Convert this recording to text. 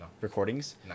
recordings